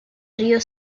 rio